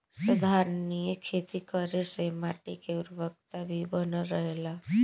संधारनीय खेती करे से माटी के उर्वरकता भी बनल रहेला